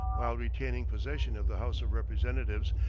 while retaining possession of the house of representatives,